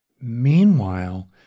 meanwhile